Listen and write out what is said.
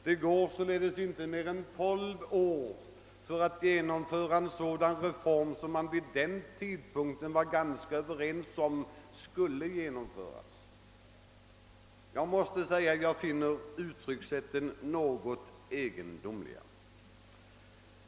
Det skall således åtgå inte mindre än tolv år för att genomföra en reform, om vilken man i början av perioden var tämligen överens. Jag måste säga att jag finner detta sätt att framställa saken vara ganska egendomligt.